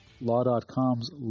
Law.com's